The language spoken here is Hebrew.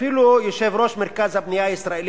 אפילו יושב-ראש מרכז הבנייה הישראלי,